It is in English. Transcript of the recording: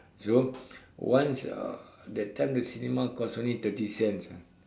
so once uh that time the cinema cost only thirty cents ah